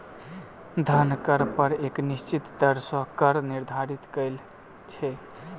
धन कर पर एक निश्चित दर सॅ कर निर्धारण कयल छै